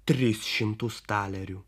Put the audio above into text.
tris šimtus talerių